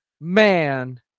man